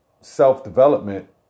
self-development